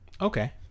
okay